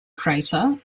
crater